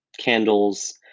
candles